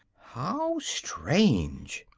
how strange!